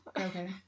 Okay